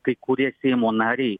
kai kurie seimo nariai